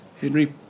Henry